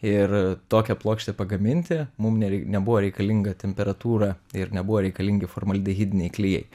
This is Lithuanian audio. ir tokią plokštę pagaminti mum nerei nebuvo reikalinga temperatūra ir nebuvo reikalingi formaldehidiniai klijai